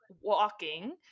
walking